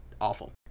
awful